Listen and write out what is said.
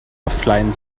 offline